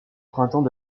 printemps